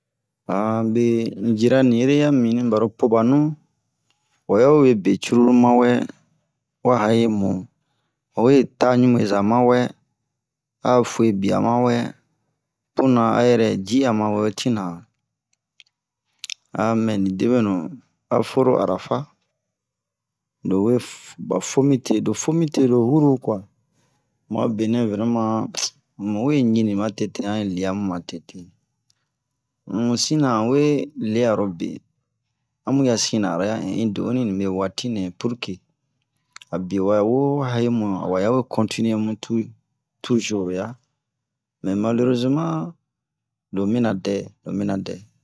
be jira ni ere ya mimini baro kobanu wa yawe we be cruru mawɛ wa ha'emu wawe ta ɲubeza mawɛ a fue bia mawɛ puna a yɛrɛ ji'a mawɛ tina mɛni debenu aforo arafa lowe ba fomite lo fomite lo huru kua mu'a benɛ vraiment muwe ɲini ma tete an yi leamu ma tete mu sina anwe lea lobe anmu ya sina aro ya in'un do'onu nibe watinɛ purke a bie wawo ho ha'emu waya we continuer mu toujours ya mais malheureusement lo mina dɛ lo mina dɛ